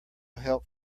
help